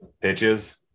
pitches